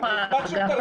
נכון, פשוט לא נכון.